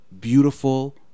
beautiful